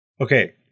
Okay